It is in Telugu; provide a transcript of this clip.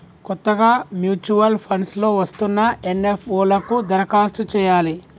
కొత్తగా మ్యూచువల్ ఫండ్స్ లో వస్తున్న ఎన్.ఎఫ్.ఓ లకు దరఖాస్తు చేయాలి